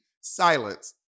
silence